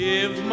Give